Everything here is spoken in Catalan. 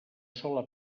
sola